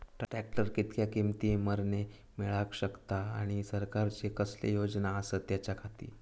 Tractor कितक्या किमती मरेन मेळाक शकता आनी सरकारचे कसले योजना आसत त्याच्याखाती?